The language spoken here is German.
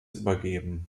übergeben